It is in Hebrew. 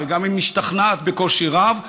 וגם אם היא משתכנעת בקושי רב,